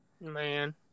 Man